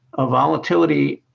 a volatility